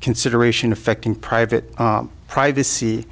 consideration affecting private privacy